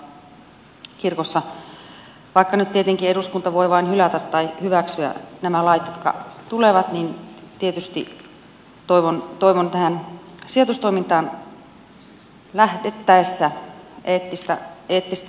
vaikka nyt tietenkin eduskunta voi vain hylätä tai hyväksyä nämä lait jotka tulevat niin tietysti toivon tähän sijoitustoimintaan lähdettäessä eettistä ja kestävää sijoitusta minne suunnataankin